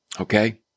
Okay